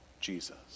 Jesus